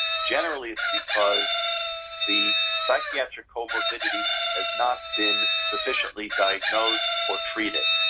generally it's because the psychiatric comorbidity has not been sufficiently diagnosed or treated.